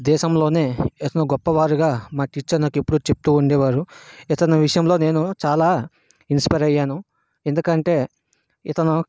దేశంలోనే ఇతను గొప్పవారుగా మా టీచర్ నాకు ఎప్పుడు చెప్తూవుండేవారు ఇతని విషయంలో నేను చాలా ఇన్స్పైర్ అయ్యాను ఎందుకంటే ఇతను